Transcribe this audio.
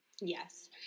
Yes